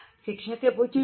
શિક્ષકે પૂછ્યુશું